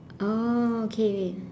oh okay okay